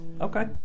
okay